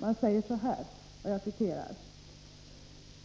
Man säger så här: